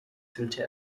fühlte